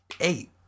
Eight